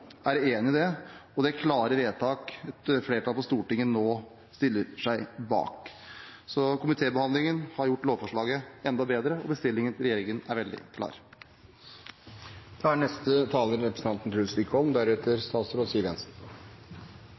er enig i det, og med det klare vedtaket Stortinget nå stiller seg bak. Komitébehandlingen har gjort lovforslaget enda bedre, og bestillingen til regjeringen er veldig klar.